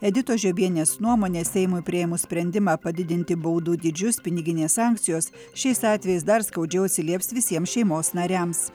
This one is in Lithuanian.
editos žiobienės nuomone seimui priėmus sprendimą padidinti baudų dydžius piniginės sankcijos šiais atvejais dar skaudžiau atsilieps visiems šeimos nariams